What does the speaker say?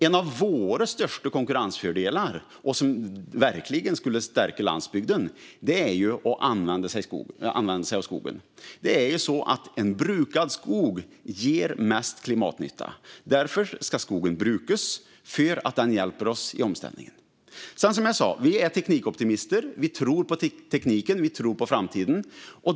En av våra största konkurrensfördelar, som verkligen skulle stärka landsbygden, är att använda sig av skogen. En brukad skog ger mest klimatnytta. Därför ska skogen brukas - för att den hjälper oss i omställningen. Som jag sa är vi teknikoptimister. Vi tror på tekniken. Vi tror på framtiden.